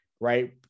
right